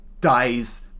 dies